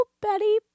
Betty